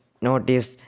notice